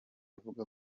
avuga